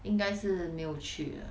应该是没有去了